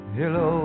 hello